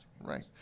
Right